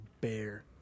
bear